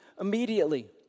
immediately